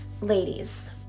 ladies